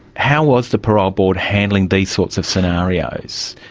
how was the parole board handling these sorts of scenarios?